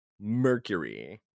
Mercury